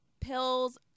pills